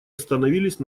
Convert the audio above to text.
остановились